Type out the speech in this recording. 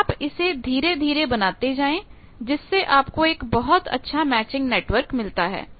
तो आप इसे धीरे धीरे बनाते जाएं जिससे आपको एक बहुत अच्छा मैचिंग नेटवर्क मिलता है